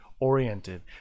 oriented